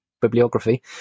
bibliography